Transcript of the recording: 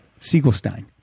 Siegelstein